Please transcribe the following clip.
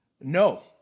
No